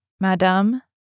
Madame